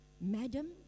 Madam